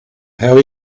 how